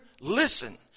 listen